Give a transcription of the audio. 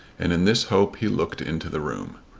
and in this hope he looked into the room.